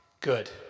Good